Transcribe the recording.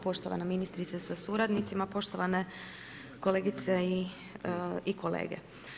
Poštovana ministrice sa suradnicima, poštovane kolegice i kolege.